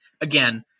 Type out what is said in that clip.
Again